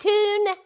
Tune